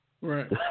Right